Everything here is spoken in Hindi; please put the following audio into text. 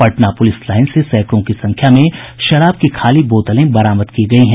पटना पुलिस लाईन से सैकड़ों की संख्या में शराब की खाली बोतलें बरामद की गयी हैं